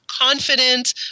confident